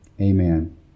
amen